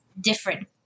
different